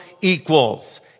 equals